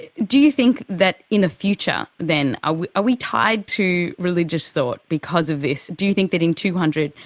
do you think that in the future, then, ah are we tied to religious thought because of this? do you think that in two hundred,